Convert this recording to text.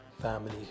family